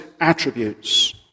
attributes